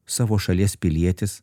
savo šalies pilietis